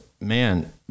man